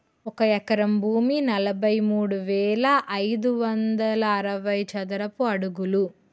ఒక ఎకరం భూమి నలభై మూడు వేల ఐదు వందల అరవై చదరపు అడుగులు